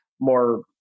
more